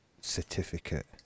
certificate